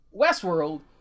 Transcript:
Westworld